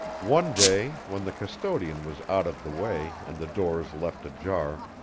one day, when the custodian was out of the way and the doors left ajar,